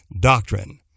doctrine